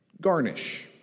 garnish